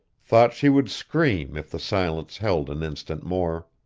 thought she would stream if the silence held an instant more.